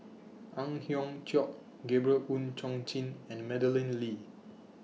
Ang Hiong Chiok Gabriel Oon Chong Jin and Madeleine Lee